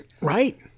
Right